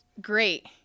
Great